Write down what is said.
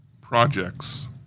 projects